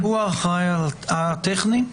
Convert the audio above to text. הוא האחראי הטכני?